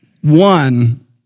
one